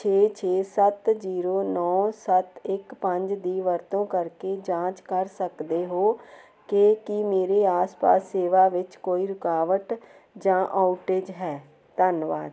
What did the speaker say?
ਛੇ ਛੇ ਸੱਤ ਜੀਰੋ ਨੌਂ ਸੱਤ ਇੱਕ ਪੰਜ ਦੀ ਵਰਤੋਂ ਕਰਕੇ ਜਾਂਚ ਕਰ ਸਕਦੇ ਹੋ ਕਿ ਕੀ ਮੇਰੇ ਆਸ ਪਾਸ ਸੇਵਾ ਵਿੱਚ ਕੋਈ ਰੁਕਾਵਟ ਜਾਂ ਆਉਟੇਜ ਹੈ ਧੰਨਵਾਦ